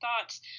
thoughts